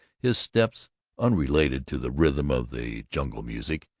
his steps unrelated to the rhythm of the jungle music,